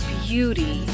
beauty